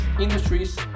industries